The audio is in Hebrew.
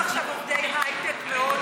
אתה יודע שמביאים עכשיו עובדי הייטק מהודו?